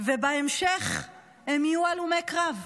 ובהמשך הם יהיו הלומי קרב.